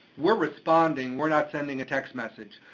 we're responding, we're not sending a text message.